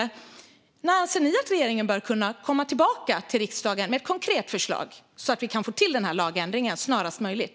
Min fråga till Sverigedemokraterna är: När anser ni att regeringen bör kunna komma tillbaka till riksdagen med ett konkret förslag så att vi kan få till denna lagändring snarast möjligt?